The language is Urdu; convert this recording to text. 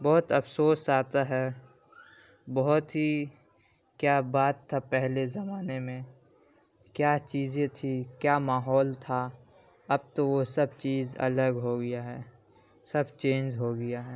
بہت افسوس آتا ہے بہت ہی کیا بات تھا پہلے زمانے میں کیا چیزیں تھیں کیا ماحول تھا اب تو وہ سب چیز الگ ہو گیا ہے سب چینج ہو گیا ہے